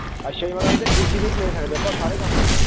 ਅੱਛਾ ਜੀ ਮਤਲਬ ਇਹਦੇ ਇਸ ਤੋਂ ਲੈ ਸਕਦੇ ਆਪਾਂ ਸਾਰੇ ਕੰਮ ਜੀ